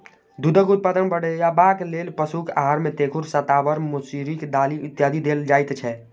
दूधक उत्पादन बढ़यबाक लेल पशुक आहार मे तेखुर, शताबर, मसुरिक दालि इत्यादि देल जाइत छै